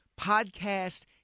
podcast